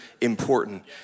important